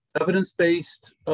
evidence-based